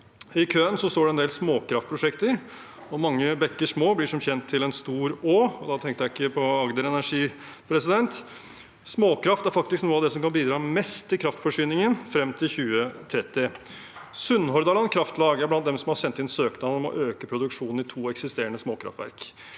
I køen står det en del småkraftprosjekter. Mange bekker små blir som kjent til en stor å, og da tenkte jeg ikke på Agder Energi. Småkraft er faktisk noe av det som kan bidra mest til kraftforsyningen frem til 2030. Sunnhordland Kraftlag er blant dem som har sendt inn søknad om å øke produksjonen i to eksisterende småkraftverk.